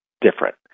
different